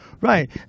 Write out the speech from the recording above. right